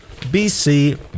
BC